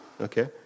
okay